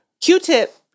q-tip